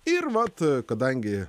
ir vat kadangi